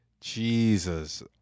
Jesus